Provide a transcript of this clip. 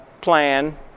plan